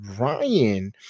Ryan